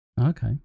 Okay